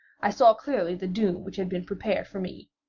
i saw clearly the doom which had been prepared for me,